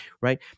right